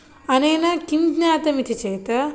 अनेन किं ज्ञातमिति चेत्